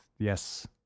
Yes